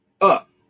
up